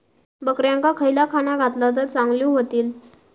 बकऱ्यांका खयला खाणा घातला तर चांगल्यो व्हतील?